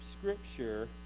scripture